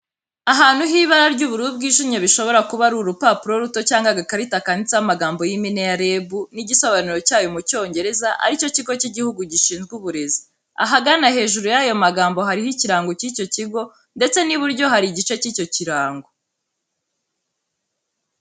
Ahantu h'ibara ry'ubururu bwijimye bishobora kuba ari urupapuro ruto cyangwa agakarita, kanditseho amagambo y'impine ya "REB", n'igisobanuro cya yo mu Cyongereza, ari cyo kigo cy'igihugu gishinzwe uburezi. Ahagana hejuru y'ayo magambo hariho ikirango cy'icyo kigo, ndetse n'iburyo hari igice cy'icyo kirango.